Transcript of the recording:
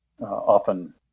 often